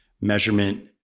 Measurement